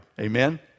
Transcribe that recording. Amen